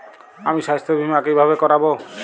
আমি স্বাস্থ্য বিমা কিভাবে করাব?